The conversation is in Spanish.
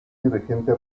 dirigente